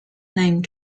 name